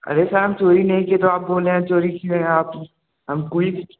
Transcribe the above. अरे सर हम चोरी नहीं किए तो आप बोल रहे हैं चोरी किए हैं आप हम कोई